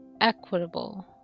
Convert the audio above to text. equitable